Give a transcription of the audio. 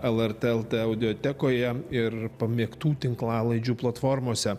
lrt el t audiotekoje ir pamėgtų tinklalaidžių platformose